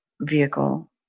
vehicle